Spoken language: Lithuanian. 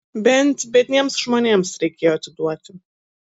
bent biedniems žmonėms reikėjo atiduoti